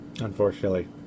unfortunately